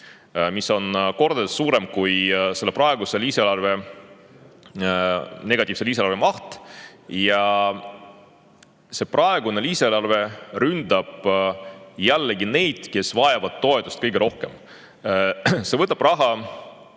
mis on kordades suurem kui selle praeguse lisaeelarve, negatiivse lisaeelarve maht. Ja see praegune lisaeelarve ründab jällegi neid, kes vajavad toetust kõige rohkem – see võtab raha